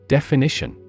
Definition